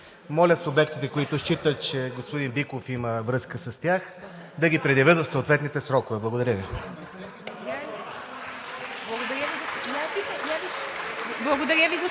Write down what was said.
Моля субектите, които считат, че господин Биков има връзка с тях, да ги предявят в съответните срокове. Благодаря Ви.